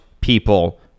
people